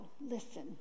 listen